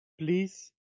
Please